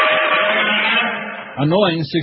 Annoying